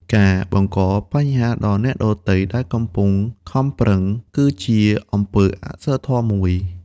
ការបង្កបញ្ហាដល់អ្នកដទៃដែលកំពុងខំប្រឹង គឺជាអំពើអសីលធម៌មួយ។